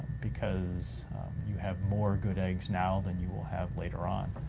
because you have more good eggs now than you will have later on.